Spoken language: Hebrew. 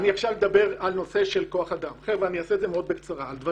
אדבר על הנושא של כוח אדם, אדבר על הליבה.